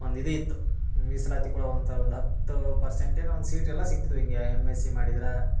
ಒಂದು ಇದು ಇತ್ತು ಮೀಸಲಾತಿ ಕೊಡುವಂಥಾ ಒಂದು ಹತ್ತು ಪರ್ಸೆಂಟ್ ಏನೋ ಒಂದು ಸೀಟ್ ಎಲ್ಲ ಸಿಗ್ತಿದ್ವು ಹೀಗೆ ಎಮ್ ಎಸ್ ಸಿ ಮಾಡಿದ್ರ